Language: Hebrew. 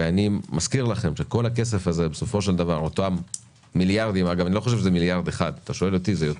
אני לא חושב שכל הכסף הזה זה מיליארד אחד אלא זה יותר.